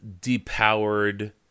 depowered